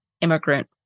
immigrant